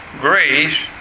grace